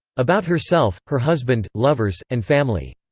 about herself, her husband, lovers, and family.